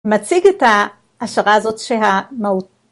מציג את ההשערה הזאת שהמהות.